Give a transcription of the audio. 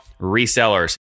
resellers